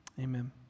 Amen